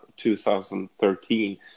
2013